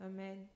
Amen